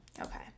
Okay